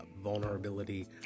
vulnerability